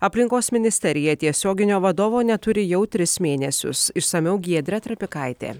aplinkos ministerija tiesioginio vadovo neturi jau tris mėnesius išsamiau giedrė trapikaitė